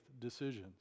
decisions